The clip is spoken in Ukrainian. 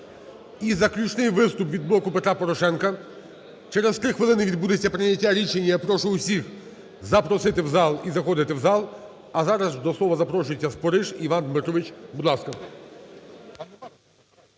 І заключний виступ від "Блоку Петра Порошенка". Через 3 хвилини відбудеться прийняття рішення, я прошу усіх запросити в зал і заходити в зал. А зараз до слова запрошується Спориш Іван Дмитрович. Будь ласка.